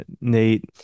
Nate